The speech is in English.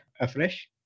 afresh